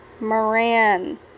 Moran